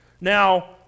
Now